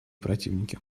противники